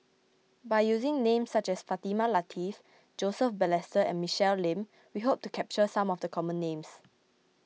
by using names such as Fatimah Lateef Joseph Balestier and Michelle Lim we hope to capture some of the common names